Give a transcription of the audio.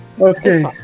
Okay